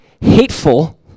hateful